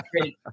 great